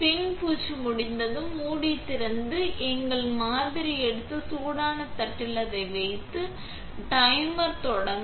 spin பூச்சு முடிந்ததும் மூடி திறந்து எங்கள் மாதிரி எடுத்து சூடான தட்டில் அதை வைத்து டைமர் தொடங்க